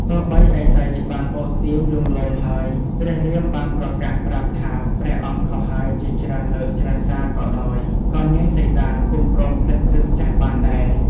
ទោះបីឥសីបានអូសទាញលួងលោមហើយព្រះរាមបានប្រកាសប្រាប់ថាព្រះអង្គខុសហើយជាច្រើនលើកច្រើនសារក៏ដោយក៏នាងសីតាពុំព្រមភ្លេចរឿងចាស់បានដែរ។